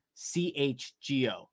CHGO